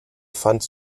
fand